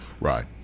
right